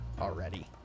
already